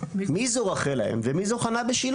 מישהו יודע איפה השעות